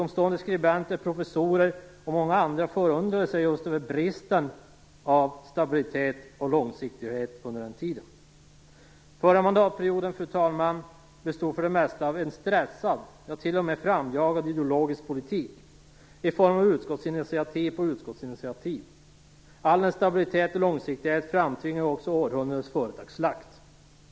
Många skribenter, professorer och andra förundrades just över bristen på stabilitet och långsiktighet under den perioden. Fru talman! Förra mandatperioden bestod mestadels av en stressad, ja, t.o.m. framjagad, ideologisk politik i form av en rad utskottsinitiativ. Bristen på stabilitet och långsiktighet framtvingade århundradets företagsslakt.